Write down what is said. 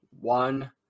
One